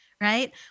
Right